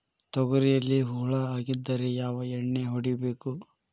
ತೊಗರಿಯಲ್ಲಿ ಹುಳ ಆಗಿದ್ದರೆ ಯಾವ ಎಣ್ಣೆ ಹೊಡಿಬೇಕು?